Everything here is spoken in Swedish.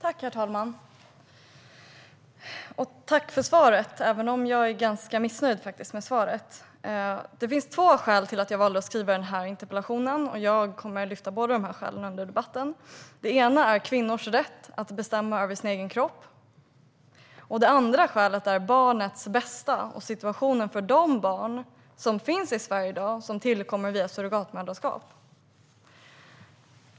Herr talman! Jag tackar för svaret, även om jag är ganska missnöjd med det. Det finns två skäl till att valde att skriva denna interpellation, och jag kommer att ta upp båda två under debatten. Det ena skälet är kvinnors rätt att bestämma över sin egen kropp. Det andra skälet är barnets bästa och situationen för de barn som finns i Sverige i dag som tillkommer via surrogatmoderskap.